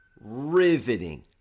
riveting